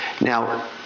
Now